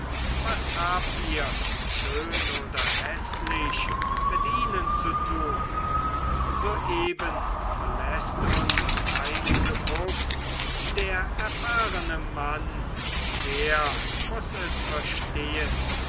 was habt ihr schön oder häßlich mit ihnen zu tun soeben verläßt uns reineke fuchs der erfahrene mann der muß es verstehen